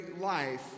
Life